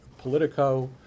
Politico